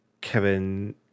Kevin